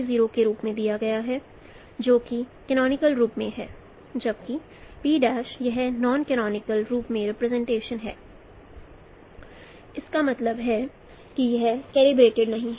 0 के रूप में दिया गया है जो कि कैनोनिकल रूप में है जबकि P यह नॉन कैनोनिकल रूप में रिप्रेजेंटेशन है इसका मतलब है कि यह कैलिब्रेटेड नहीं है